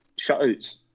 shutouts